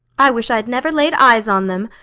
i wish i'd never laid eyes on them.